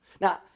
Now